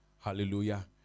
Hallelujah